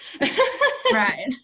Right